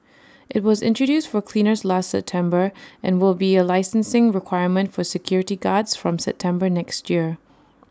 IT was introduced for cleaners last September and will be A licensing requirement for security guards from September next year